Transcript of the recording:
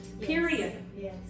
period